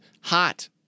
hot